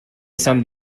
sommes